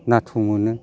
नाथुर मोनो